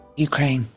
ukraine.